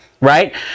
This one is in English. right